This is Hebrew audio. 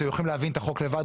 אתם יכולים להבין את החוק לבד,